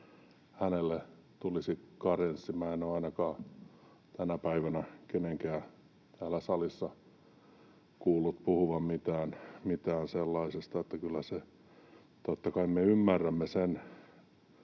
niin hänelle tulisi karenssi. Minä en ole ainakaan tänä päivänä kenenkään täällä salissa kuullut puhuvan mitään sellaisesta. Totta kai me ymmärrämme,